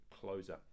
closer